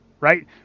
right